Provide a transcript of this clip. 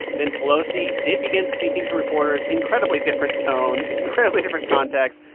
then pelosi did begin speaking to reporters incredibly different tone, incredibly different context.